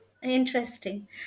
Interesting